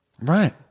Right